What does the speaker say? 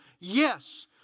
yes